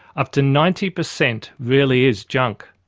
up to ninety per cent really is junk.